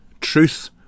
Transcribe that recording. truth